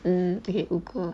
mm okay 五个